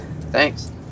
thanks